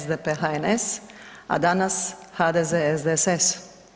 SDP-HNS, a danas HDZ-SDSS.